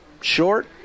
short